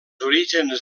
orígens